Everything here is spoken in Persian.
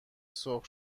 سرخ